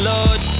Lord